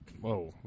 Whoa